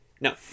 No